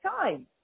time